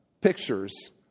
pictures